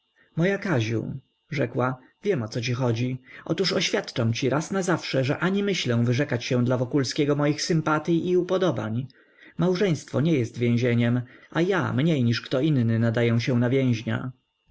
moja kaziu rzekła wiem o co ci chodzi otóż oświadczam ci raz na zawsze że ani myślę wyrzekać się dla wokulskiego moich sympatyj i upodobań małżeństwo nie jest więzieniem a ja mniej niż kto inny nadaję się na więźnia